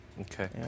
Okay